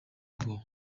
ubwoba